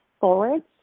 forwards